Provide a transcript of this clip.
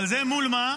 אבל זה מול מה?